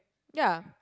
ya